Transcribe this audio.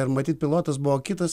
ir matyt pilotas buvo kitas